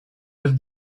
have